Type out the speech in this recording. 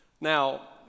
Now